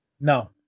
No